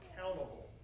accountable